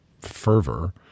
fervor